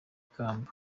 kamba